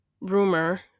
rumor